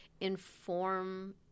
inform